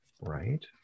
right